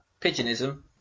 Pigeonism